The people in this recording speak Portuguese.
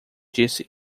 disse